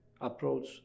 approach